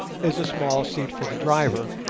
is a small seat for the driver,